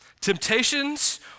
Temptations